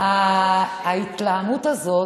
ההתלהמות הזאת,